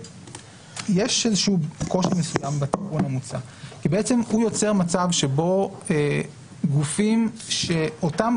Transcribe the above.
יש איזשהו קושי מסוים בתיקון המוצע כי בעצם הוא יוצר מצב שבו גופים שאין